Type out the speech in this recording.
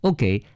Okay